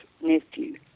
nephew